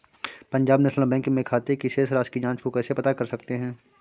पंजाब नेशनल बैंक में खाते की शेष राशि को कैसे पता कर सकते हैं?